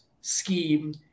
scheme